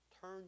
turn